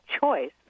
choice